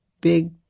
big